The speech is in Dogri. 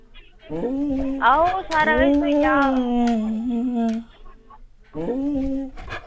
आओ सारा किश थोई जाग